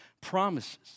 promises